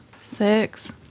Six